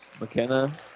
McKenna